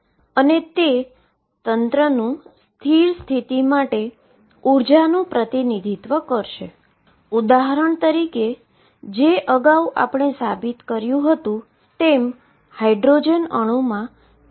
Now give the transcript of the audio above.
અહીં તમે નોંધ્યું છે કે આ વેવ ફંક્શન xAe mω2ℏx2 એ 0 પર જાય છે કારણ કે x ધન અથવા ઋણ ઈન્ફાઈનાટઅવધિ તરફ જાય છે